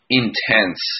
intense